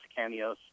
Canios